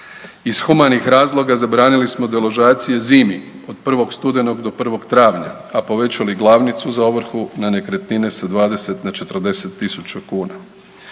Iz humanih razloga zabranili smo deložacije zimi od 1. studenog do 1. travnja, a povećali glavnicu za ovrhu na nekretnine sa 20 na 40.000 kuna.